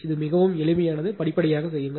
இது மிகவும் எளிமையானது படிப்படியாக செய்யலாம்